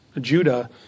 Judah